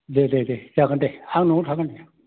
दे दे दे जागोन दे आं न'आव थागोन